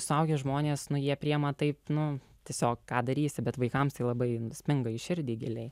suaugę žmonės nu jie priima taip nu tiesiog ką darysi bet vaikams labai sminga į širdį giliai